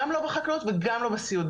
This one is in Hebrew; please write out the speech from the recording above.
גם לא בענף החקלאות וגם לא בענף הסיעוד.